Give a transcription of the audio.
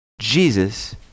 Jesus